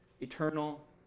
eternal